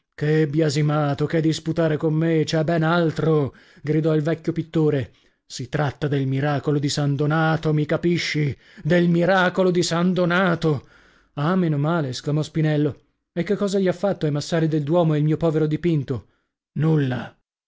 che biasimato che disputare con me c'è ben altro gridò il vecchio pittore si tratta del miracolo di san donato mi capisci del miracolo di san donato ah meno male esclamò spinello e che cosa gli ha fatto ai massari del duomo il mio povero dipinto nulla